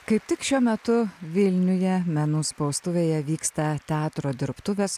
kaip tik šiuo metu vilniuje menų spaustuvėje vyksta teatro dirbtuvės